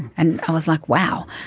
and i was like, wow.